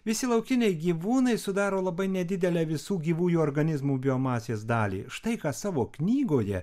visi laukiniai gyvūnai sudaro labai nedidelę visų gyvųjų organizmų biomasės dalį štai ką savo knygoje